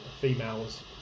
females